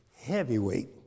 heavyweight